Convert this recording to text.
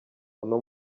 uno